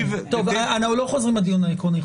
לא חוזרים לדיון העקרוני,